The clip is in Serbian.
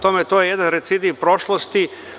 To je jedan recidiv prošlosti.